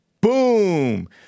boom